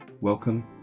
Welcome